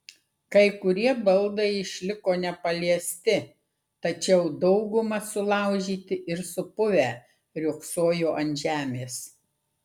kai kurie baldai išliko nepaliesti tačiau dauguma sulaužyti ir supuvę riogsojo ant žemės